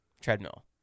treadmill